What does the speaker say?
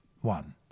one